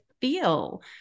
feel